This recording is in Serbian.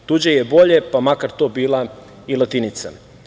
Tuđe je bolje, pa makar to bila i latinica.